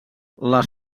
les